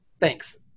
thanks